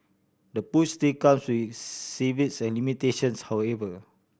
the push still comes with and limitations however